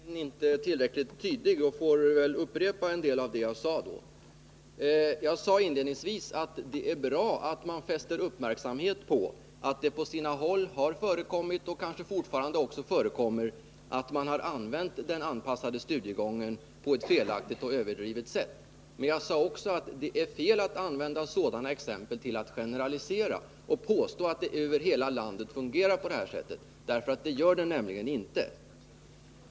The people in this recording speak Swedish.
Herr talman! Jag uttryckte mig tydligen inte tillräckligt tydligt, och jag får väl upprepa en del av det jag sade. Jag anförde inledningsvis att det är bra att man fäster uppmärksamheten på att det på sina håll har förekommit och kanske fortfarande förekommer att man har använt den anpassade studiegången på ett felaktigt och överdrivet sätt. Jag sade också att det är fel att använda sådana exempel till att generalisera och påstå att det över hela landet fungerar på det sättet. Det gör det nämligen inte!